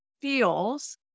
feels